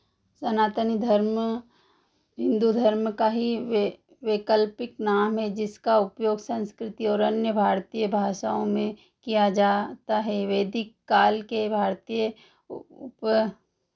सनातन धर्म हिन्दू का ही वैकल्पिक नाम है जिसका उपयोग संस्कृति और अन्य भारतीय भाषाओं में किया जाता है वैदिक काल के भारतीय उप